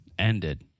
ended